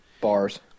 Bars